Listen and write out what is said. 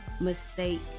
mistake